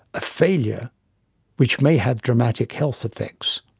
a failure which may have dramatic health effects.